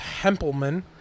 Hempelman